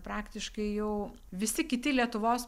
praktiškai jau visi kiti lietuvos